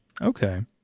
Okay